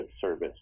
service